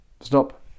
Stop